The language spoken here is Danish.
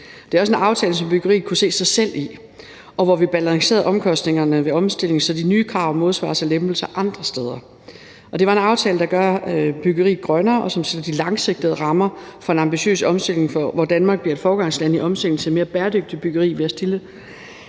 Det er også en aftale, som byggeriet kan se sig selv i, og hvor vi balancerer omkostningerne ved omstilling, så de nye krav modsvares af lempelser andre steder. Det er en aftale, der gør byggeriet grønnere og giver mere langsigtede rammer for en ambitiøs omstilling, hvor Danmark bliver et foregangsland i omstillingen til mere bæredygtigt byggeri ved at stille